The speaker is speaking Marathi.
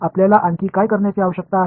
आपल्याला आणखी काय करण्याची आवश्यकता आहे